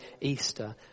Easter